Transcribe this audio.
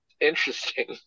interesting